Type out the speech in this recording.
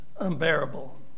unbearable